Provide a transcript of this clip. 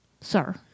sir